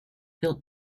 built